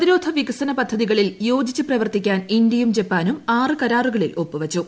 പ്രതിരോധ വികസന പദ്ധതികളിൽ യോജിച്ച് പ്രവർത്തിക്കാൻ ഇന്ത്യയും ജപ്പാനും ആറ് കരാറുകളിൽ ഒപ്പു വച്ചു